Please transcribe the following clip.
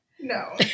No